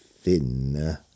thin